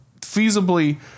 feasibly